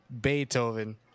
Beethoven